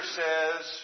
says